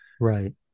right